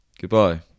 Goodbye